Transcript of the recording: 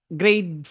grade